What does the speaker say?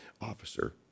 officer